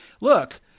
look